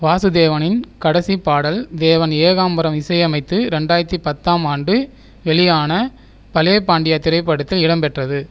வாசுதேவனின் கடைசி பாடல் தேவன் ஏகாம்பரம் இசையமைத்து ரெண்டாயிரத்தி பத்தாம் ஆண்டு வெளியான பலே பாண்டியா திரைப்படத்தில் இடம்பெற்றது